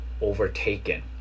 overtaken